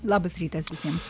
labas rytas visiems